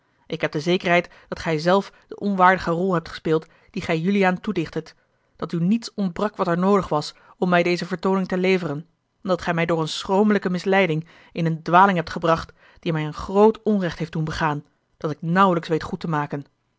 ik heb de zekerheid dat gij zelf de onwaardige rol hebt gespeeld die gij juliaan toedichttet dat u niets ontbrak wat er noodig was om mij deze vertooning te leveren en dat gij mij door eene schromelijke misleiding in eene dwaling hebt gebracht die mij een groot onrecht heeft doen begaan dat ik nauwelijks weet goed te maken